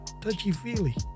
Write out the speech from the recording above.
touchy-feely